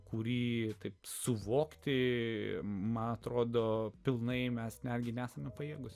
kurį taip suvokti man atrodo pilnai mes netgi nesame pajėgūs